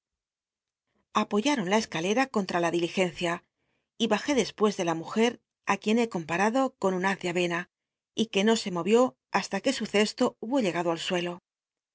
apoyaron la escalera contra la diligencia y bajé despucs de la mujer ti lllien be compataclo con un haz de ayena y que no se mol'ió basta que su cesto hubo llegado al suelo